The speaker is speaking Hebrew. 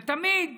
ותמיד